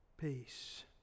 peace